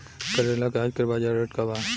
करेला के आजकल बजार रेट का बा?